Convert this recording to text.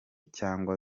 cyangwa